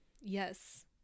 Yes